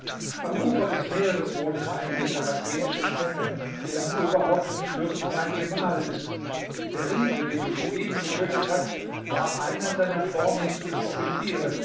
am ufer des meeres wohnen einige sarazenische stämme deren oberhaupt und fürst mein gemahl ist der riese den du soeben getötet hast war einer seiner vornehmsten offiziere